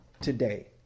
today